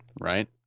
right